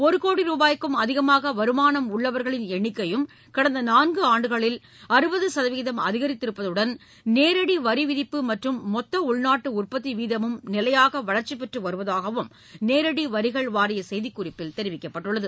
ஒரு கோடி ரூபாய்க்கும் அதிகமாக வருமானம் உள்ளவர்களின் எண்ணிக்கையும் கடந்த நான்கு ஆண்டுகளில் அறபது சதவீதம் அதிகரித்திருப்பதுடன் நேரடி வரிவிதிப்பு மற்றம் மொத்த உள்நாட்டு உற்பத்தி வீதமும் நிலையாக வளர்ச்சி பெற்று வருவதாகவும் நேரடி வரிகள் வாரிய செய்திக்குறிப்பில் தெரிவிக்கப்பட்டுள்ளது